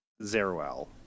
Zeruel